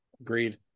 agreed